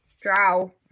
Drow